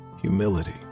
humility